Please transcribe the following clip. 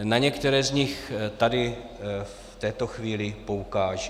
Na některé z nich tady v této chvíli poukážu.